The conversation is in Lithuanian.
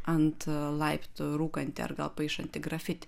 ant laiptų rūkantį ar gal paišantį grafitį